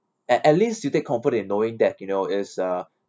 at at least you take comfort in knowing that you know is uh